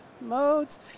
modes